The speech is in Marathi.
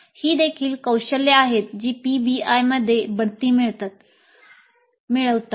ही देखील कौशल्ये आहेत जी पीबीआयमध्ये बढती मिळवतात